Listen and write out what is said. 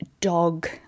dog